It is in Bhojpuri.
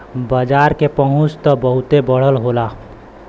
बाजार के पहुंच त बहुते बढ़ल हौ